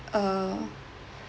uh